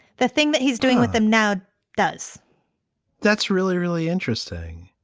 the thing that he's doing with them now does that's really, really interesting.